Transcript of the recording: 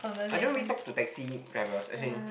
I don't really talk to taxi drivers as in